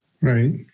Right